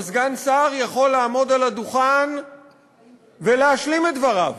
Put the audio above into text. וסגן שר יכול לעמוד על הדוכן ולהשלים את דבריו,